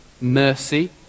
mercy